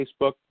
Facebook